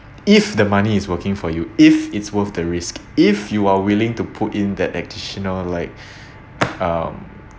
if the money is working for you if it's worth the risk if you are willing to put in that additional like um